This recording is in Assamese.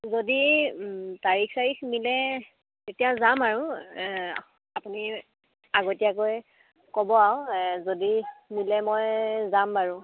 যদি তাৰিখ চাৰিখ মিলে তেতিয়া যাম আৰু আপুনি আগতীয়াকৈ ক'ব আৰু যদি মিলে মই যাম বাৰু